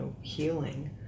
healing